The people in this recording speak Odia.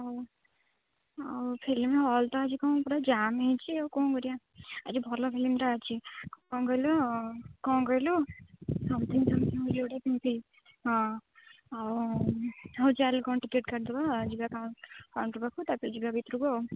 ହଉ ଆଉ ଫିଲ୍ମ ହଲ୍ ତ ଆଜି କ'ଣ ପୁରା ଜାମ୍ ହେଇଛି ଆଉ କ'ଣ କରିବା ଆଜି ଭଲ ଫିଲ୍ମଟା ଅଛି କ'ଣ କହିଲୁ କ'ଣ କହିଲୁ ସମଥିଙ୍ଗ ସମଥିଙ୍ଗ ବୋଲି ଗୋଟେ ଫିଲ୍ମ ହଁ ଆଉ ହଉ ଚାଲ କ'ଣ ଟିକେଟ୍ କାଟିଦେବା ଯିବା କାଉଣ୍ଟର୍ ପାଖକୁ ତାପରେ ଯିବା ଭିତରକୁ ଆଉ